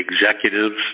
executives